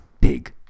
big